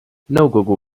nõukogu